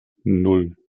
nan